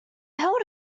held